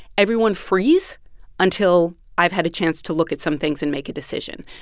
everyone freeze until i've had a chance to look at some things and make a decision.